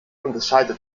unterscheidet